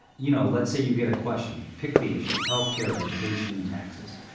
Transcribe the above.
you know, let's say you get a question, pick the issue, health care, education, taxes.